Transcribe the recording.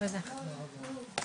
הישיבה ננעלה בשעה 11:40.